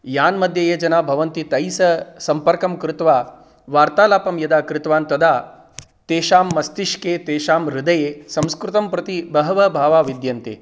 यानमध्ये ये जनाः भवन्ति तैस्सह सम्पर्कं कृत्वा वार्तालापं यदा कृतवान् तदा तेषां मस्तिष्के तेषां हृदये संस्कृतं प्रति बहवः भावाः विद्यन्ते